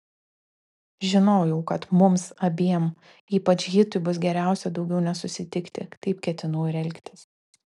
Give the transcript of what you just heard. žinojau kad mums abiem ypač hitui bus geriausia daugiau nesusitikti taip ketinau ir elgtis